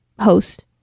host